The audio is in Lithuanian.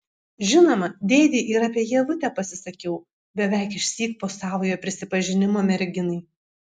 žinoma dėdei ir apie ievutę pasisakiau beveik išsyk po savojo prisipažinimo merginai